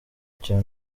cya